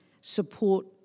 support